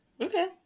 Okay